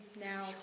now